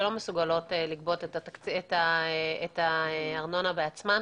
שלא מסוגלות לגבות את הארנונה בעצמן,